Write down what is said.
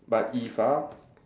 but if ah